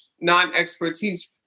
non-expertise